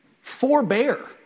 forbear